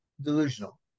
delusional